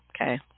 okay